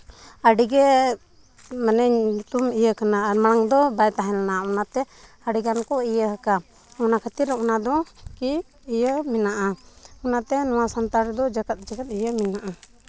ᱟᱹᱰᱤᱜᱮ ᱢᱟᱱᱮᱧ ᱧᱩᱛᱩᱢ ᱤᱭᱟᱹ ᱠᱟᱱᱟ ᱢᱟᱲᱟᱝ ᱫᱚ ᱵᱟᱭ ᱛᱟᱦᱮᱸ ᱞᱮᱱᱟ ᱚᱱᱟᱛᱮ ᱟᱹᱰᱤ ᱜᱟᱱ ᱠᱚ ᱤᱭᱟᱹ ᱟᱠᱟᱜᱼᱟ ᱚᱱᱟ ᱠᱷᱟᱹᱛᱤᱨ ᱚᱱᱟ ᱫᱚ ᱠᱤ ᱤᱭᱟᱹ ᱢᱮᱱᱟᱜᱼᱟ ᱚᱱᱟᱛᱮ ᱱᱚᱣᱟ ᱥᱟᱱᱛᱟᱲ ᱫᱚ ᱡᱮᱜᱮᱛ ᱡᱟᱠᱟᱛ ᱤᱭᱟᱹ ᱢᱮᱱᱟᱜᱼᱟ